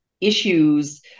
issues